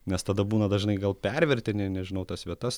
nes tada būna dažnai gal pervertini nežinau tas vietas